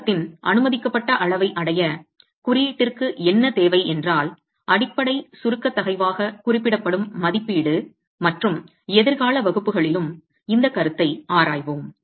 சுருக்கத்தின் அனுமதிக்கப்பட்ட அளவை அடைய குறியீட்டிற்கு என்ன தேவை என்றால் அடிப்படை சுருக்க தகைவாக குறிப்பிடப்படும் மதிப்பீடு மற்றும் எதிர்கால வகுப்புகளிலும் இந்த கருத்தை ஆராய்வோம்